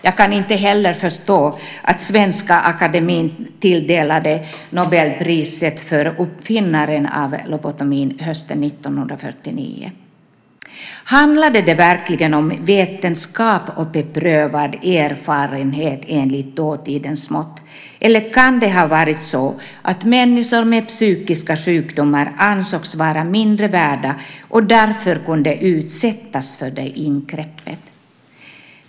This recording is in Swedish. Jag kan inte heller förstå att Svenska Akademien tilldelade uppfinnaren av lobotomi Nobelpriset hösten 1949. Handlade det verkligen om vetenskap och beprövad erfarenhet enligt dåtidens mått, eller kan det ha varit så att människor med psykiska sjukdomar ansågs vara mindre värda och därför kunde utsättas för detta ingrepp?